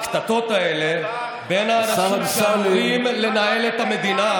הקטטות האלה בין האנשים שאמורים לנהל את המדינה,